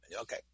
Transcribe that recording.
Okay